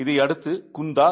இதையடுத்து குந்தா